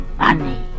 money